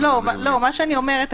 מה שאני אומרת,